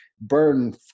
burn